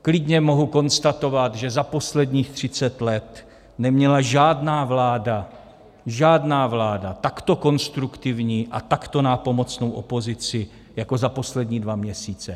Klidně mohu konstatovat, že za posledních 30 let neměla žádná vláda, žádná vláda takto konstruktivní a takto nápomocnou opozici jako za poslední dva měsíce.